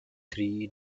three